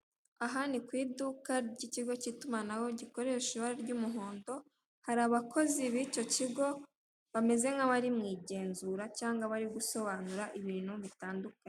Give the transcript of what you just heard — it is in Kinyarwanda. Aha ni ku iduka ry'ikigo k'itumanaho gikoresha ibara ry'umuhondo, hari abakozi b'icyo kigo bameze nk'abari mu igenzura cyangwa bari gusobanura ibintu bitandukanye.